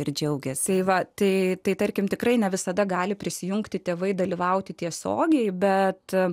ir džiaugėsi va tai tarkim tikrai ne visada gali prisijungti tėvai dalyvauti tiesiogiai bet